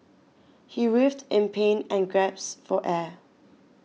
he writhed in pain and gasped for air